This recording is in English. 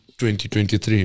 2023